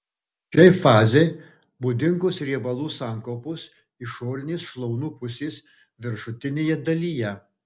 šiai fazei būdingos riebalų sankaupos išorinės šlaunų pusės viršutinėje dalyje